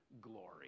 glory